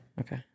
Okay